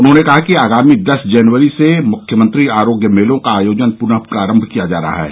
उन्होंने कहा कि आगामी दस जनवरी से मुख्यमंत्री आरोग्य मेलों का आयोजन पुनः प्रारम्भ किया जा रहा है